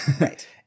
Right